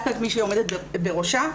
דווקא כמי שעומדת בראשה,